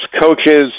coaches